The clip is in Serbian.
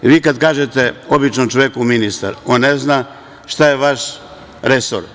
Kad kažete običnom čoveku ministar, on ne zna šta je vaš resor.